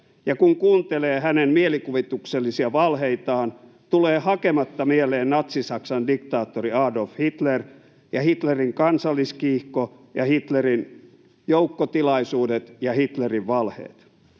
ja kun kuuntelee hänen mielikuvituksellisia valheitaan, tulee hakematta mieleen natsi-Saksan diktaattori Adolf Hitler ja Hitlerin kansalliskiihko, Hitlerin joukkotilaisuudet ja Hitlerin valheet.